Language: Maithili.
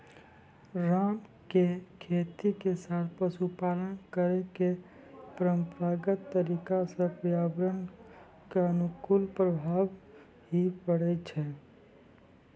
राम के खेती के साथॅ पशुपालन करै के परंपरागत तरीका स पर्यावरण कॅ अनुकूल प्रभाव हीं पड़ै छै